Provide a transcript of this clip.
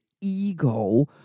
ego